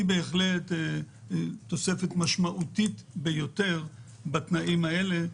היא בהחלט תוספת משמעותית ביותר בתנאים האלה.